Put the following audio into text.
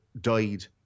died